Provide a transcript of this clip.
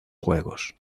juegos